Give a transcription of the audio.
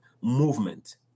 movement